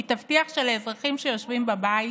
היא תבטיח שלאזרחים שיושבים בבית